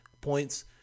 points